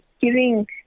giving